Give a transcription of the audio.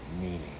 meaning